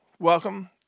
Welcome